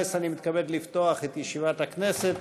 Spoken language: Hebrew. מתכבד לפתוח את ישיבת הכנסת.